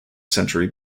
century